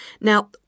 Now